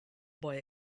boy